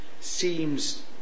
seems